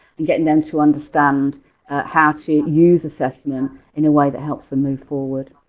and getting them to understand how to use assessments in a way that helps them move forward.